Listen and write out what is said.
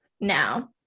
now